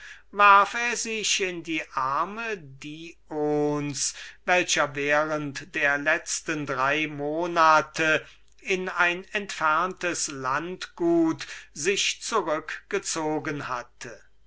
sich in die arme des dions der sich während der letzten drei monate in ein entferntes landgut zurückgezogen hatte